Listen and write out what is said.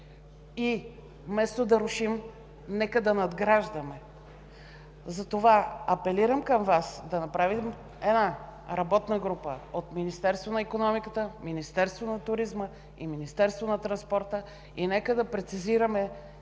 и вместо да рушим, нека да надграждаме. Апелирам към Вас да направим работна група от Министерството на икономиката, Министерството на туризма и Министерството на транспорта, да прецизираме